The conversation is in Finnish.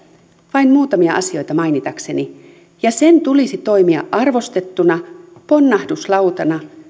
vain muutamia asioita mainitakseni ja sen tulisi toimia arvostettuna ponnahduslautana